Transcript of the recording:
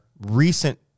recent